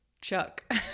Chuck